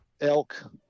elk